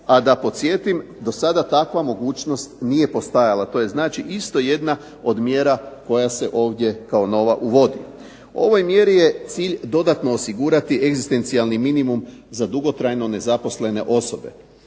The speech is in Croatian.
a da podsjetim do sada takva mogućnost nije postojala. To je znači isto jedna od mjera koja se ovdje kao nova uvodi. Ovoj mjeri je cilj dodatno osigurati egzistencijalni minimum za dugotrajno nezaposlene osobe,